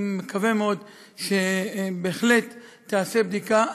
אני מקווה מאוד שבהחלט, תיעשה בדיקה.